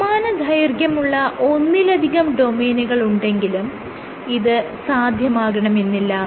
സമാനദൈർഘ്യമുള്ള ഒന്നിലധികം ഡൊമെയ്നുകൾ ഉണ്ടെങ്കിലും ഇത് സാധ്യമാകണമെന്നില്ല